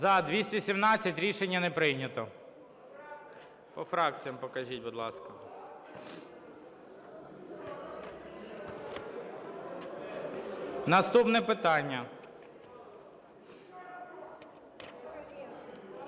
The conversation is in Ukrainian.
За-217 Рішення не прийнято. По фракціям покажіть, будь ласка. Наступне питання.